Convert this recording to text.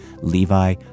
Levi